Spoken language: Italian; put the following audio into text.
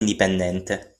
indipendente